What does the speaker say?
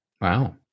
Wow